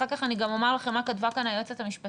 אחר כך אני גם אומר לכם מה כתבה כאן היועצת המשפטית,